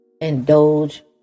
indulge